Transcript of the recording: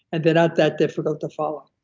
and they're not that difficult to follow.